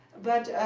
but